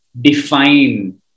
define